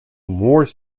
more